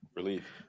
Relief